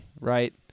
right